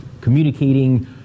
communicating